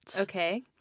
Okay